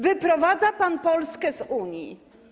Wyprowadza pan Polskę z Unii.